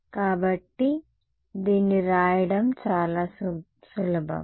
కాబట్టి దీన్ని వ్రాయడం చాలా సులభం